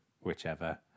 whichever